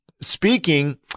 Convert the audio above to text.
speaking